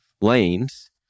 lanes